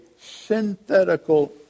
synthetical